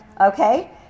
Okay